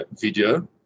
video